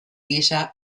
gisa